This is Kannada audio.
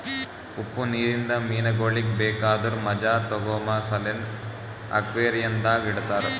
ಉಪ್ಪು ನೀರಿಂದ ಮೀನಗೊಳಿಗ್ ಬೇಕಾದುರ್ ಮಜಾ ತೋಗೋಮ ಸಲೆಂದ್ ಅಕ್ವೇರಿಯಂದಾಗ್ ಇಡತಾರ್